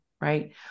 right